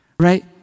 Right